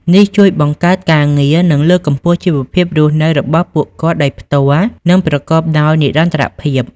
នេះជួយបង្កើតការងារ និងលើកកម្ពស់ជីវភាពរស់នៅរបស់ពួកគាត់ដោយផ្ទាល់និងប្រកបដោយនិរន្តរភាព។